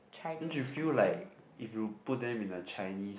don't you feel like if you put them in a Chinese